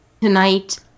tonight